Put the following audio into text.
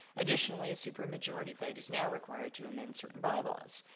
additionally, a supermajority vote is now required to amend certain bylaws.